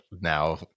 now